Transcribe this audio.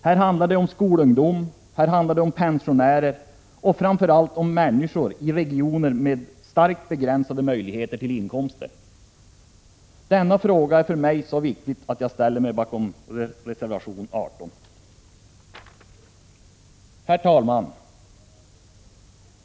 Här handlar det om skolungdom, om pensionärer och framför allt om människor i regioner med starkt begränsade möjligheter till inkomster. Denna fråga är för mig så viktig att jag ställer mig bakom reservation 18. Herr talman!